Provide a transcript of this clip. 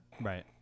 Right